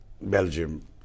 Belgium